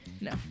No